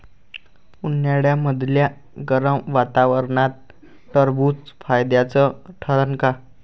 उन्हाळ्यामदल्या गरम वातावरनात टरबुज फायद्याचं ठरन का?